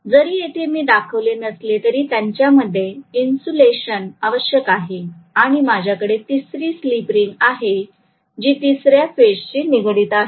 जरी येथे मी ते दाखविले नसले तरी त्यांच्यामध्ये इन्सुलेशन आवश्यक आहे आणि माझ्याकडे तिसरी स्लिप रिंग आहे जी तिसऱ्या फेजशी निगडित आहे